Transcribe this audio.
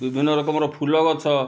ବିଭିନ୍ନ ରକମର ଫୁଲ ଗଛ